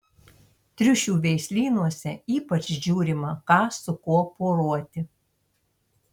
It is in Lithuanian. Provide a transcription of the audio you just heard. triušių veislynuose ypač žiūrima ką su kuo poruoti